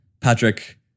Patrick